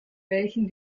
welchen